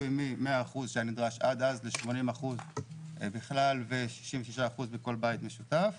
נדרש עד אז ל-80% בכלל ו-66% בכל בית משותף.